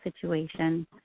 situation